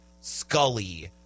Scully